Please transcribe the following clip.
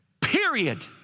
period